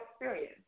experience